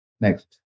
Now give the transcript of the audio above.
Next